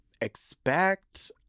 expect